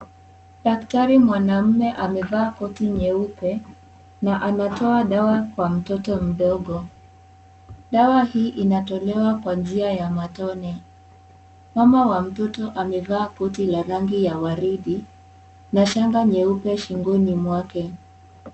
Daktari mwanaume amevaa koti nyeusi na anatoa dawa kwa mtoto mdogo. Dawa inatolewa kwa njia ya matone. Mama wa mtoto amevaa koti la rangi ya waridi na shanga nyeupe shingoni mwake.